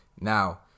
Now